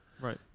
Right